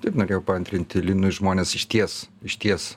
taip norėjau paantrinti linui žmonės išties išties